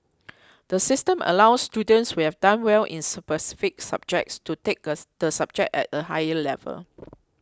the system allows students who have done well in specific subjects to take the subject at a higher level